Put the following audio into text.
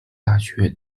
大学